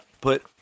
put